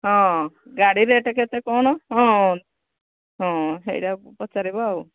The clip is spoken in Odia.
ହଁ ଗାଡ଼ି ରେଟ୍ କେତେ କ'ଣ ହଁ ହଁ ସେଇଟାକୁ ପଚାରିବ ଆଉ